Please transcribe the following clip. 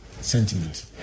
sentiment